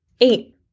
Eight